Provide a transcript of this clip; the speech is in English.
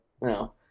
no